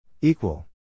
Equal